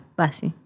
basi